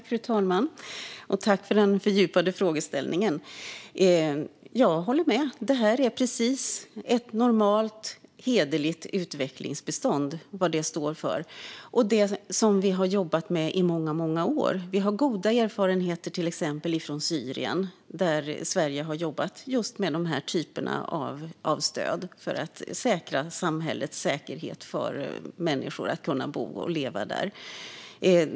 Fru talman! Tack, Joar Forssell, för den fördjupade frågeställningen! Jag håller med. Detta är precis vad ett normalt, hederligt utvecklingsbistånd står för, som vi har jobbat med i många år. Vi har goda erfarenheter från till exempel Syrien, där Sverige har jobbat med just dessa typer av stöd för att säkra samhällets säkerhet för människor så att de kan bo och leva där.